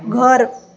घर